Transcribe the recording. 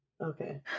Okay